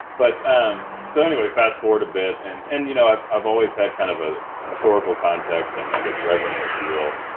but um so anyway, fast-forward a bit and and you know i've i've always had kind of a historical context and, i guess, reverence, if you will.